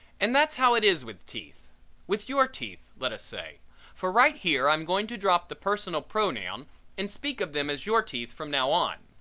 and that's how it is with teeth with your teeth let us say for right here i'm going to drop the personal pronoun and speak of them as your teeth from now on.